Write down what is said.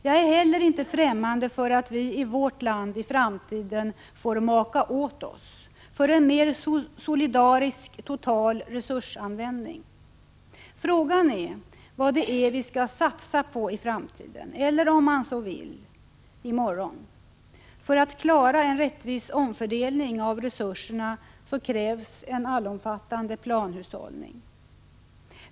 Jag är heller inte främmande för att vi i vårt land i framtiden får maka åt oss för en mer solidarisk total resursanvändning. Men frågan är vad det är vi skall satsa på i framtiden eller, om man så vill, i morgon. För att klara en rättvis omfördelning av resurserna krävs en allomfattande planhushållning.